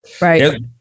Right